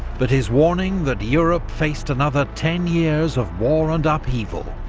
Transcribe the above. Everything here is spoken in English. but his warning that europe faced another ten years of war and upheaval,